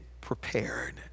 prepared